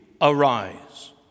arise